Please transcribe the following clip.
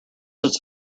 its